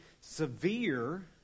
severe